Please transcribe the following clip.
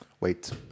wait